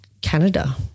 Canada